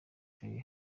joy